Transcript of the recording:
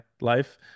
life